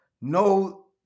no